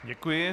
Děkuji.